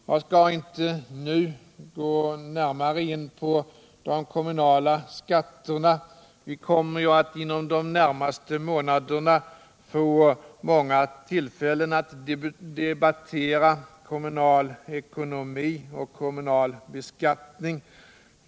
Jag skall inte nu gå närmare in på de kommunala skatterna — vi kommer att inom de närmaste månaderna få många tillfällen att debattera kommunal ekonomi och kommunal beskattning.